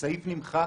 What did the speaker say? הסעיף נמחק